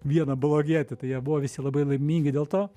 vieną blogietį tai jie buvo visi labai laimingi dėl to